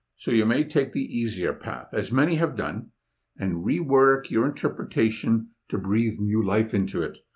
so you may take the easier path as many have done and rework your interpretation to breathe new life into it,